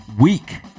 week